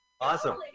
Awesome